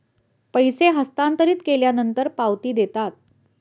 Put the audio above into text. पैसे हस्तांतरित केल्यानंतर पावती देतात